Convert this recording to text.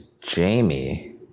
Jamie